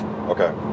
okay